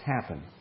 happen